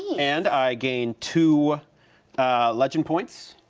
and i gain two legend points.